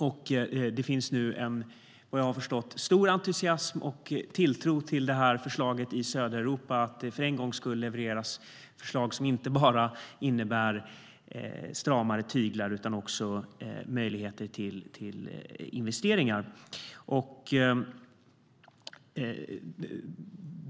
Vad jag har förstått finns det nu en stor entusiasm och tilltro till förslaget i södra Europa, att det för en gångs skull levereras förslag som innebär inte bara stramare tyglar utan också möjligheter till investeringar.